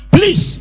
Please